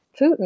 Putin